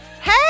Hey